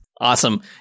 Awesome